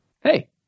Hey